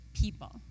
people